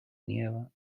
nieva